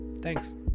thanks